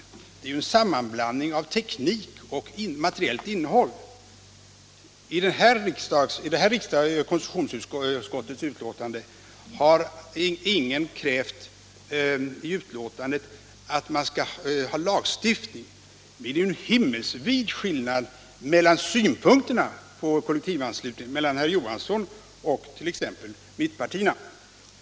Detta är ju en sammanblandning av teknik och materiellt innehåll. I det här betänkandet från konstitutionsutskottet har ingen krävt lagstiftning. Det är ju en himmelsvid skillnad mellan herr Johanssons och t.ex. mittpartiernas synpunkter på kollektivanslutningen.